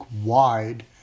wide